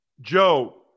Joe